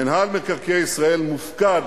מינהל מקרקעי ישראל מופקד